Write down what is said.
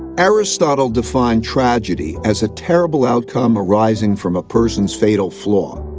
aristotle defined tragedy as a terrible outcome arising from a person's fatal flaw.